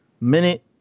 minute